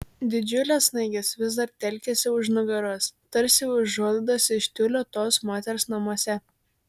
didžiulės snaigės vis dar telkėsi už nugaros tarsi užuolaidos iš tiulio tos moters namuose